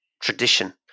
tradition